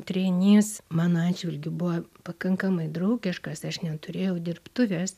treinys mano atžvilgiu buvo pakankamai draugiškas aš net turėjau dirbtuves